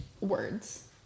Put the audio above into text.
words